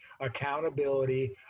accountability